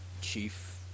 chief